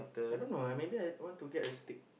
I don't know ah maybe I want to get a steak